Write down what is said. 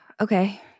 Okay